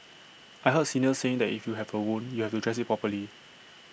I heard seniors saying that if you have A wound you have to dress IT properly